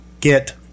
get